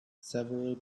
several